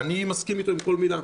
ואני מסכים עם כל מילה.